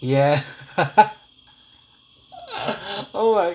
yeah oh my